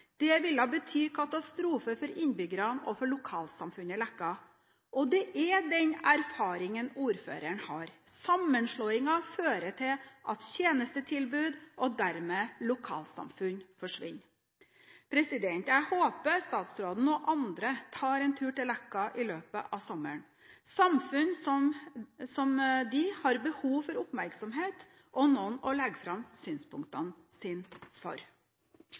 Det ville bety katastrofe for innbyggerne og for lokalsamfunnet Leka. Det er den erfaringen ordføreren har. Sammenslåinger fører til at tjenestetilbud og dermed lokalsamfunn forsvinner. Jeg håper statsråden og andre tar en tur til Leka i løpet av sommeren. Samfunn som dette har behov for oppmerksomhet og noen å legge fram sine synspunkter for.